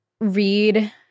read